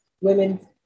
Women